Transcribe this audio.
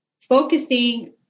Focusing